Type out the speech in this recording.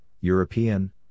European